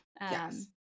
Yes